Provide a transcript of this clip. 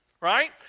right